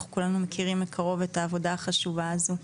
אנחנו כולנו מכירים מקרוב את העבודה החשובה הזאת.